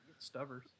Stubbers